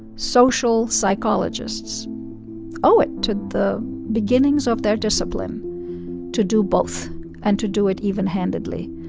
social psychologists owe it to the beginnings of their discipline to do both and to do it even-handedly,